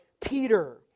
Peter